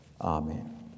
Amen